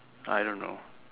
I don't know